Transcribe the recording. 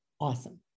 Awesome